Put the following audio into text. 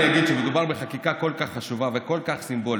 אגיד שמדובר בחקיקה כל כך חשובה וכל כך סימבולית,